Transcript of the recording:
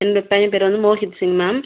என்னுடைய பையன் பெயரு வந்து மோஹித் சிங் மேம்